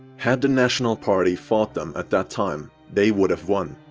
had the national party fought them at that time, they would have won.